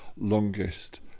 longest